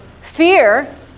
fear